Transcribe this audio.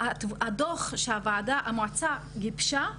הדוח שהמועצה גיבשה,